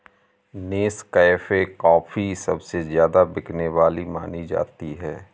Nescafe coffee सबसे ज्यादा बिकने वाली मानी जाती है